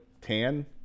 tan